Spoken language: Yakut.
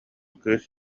кыыс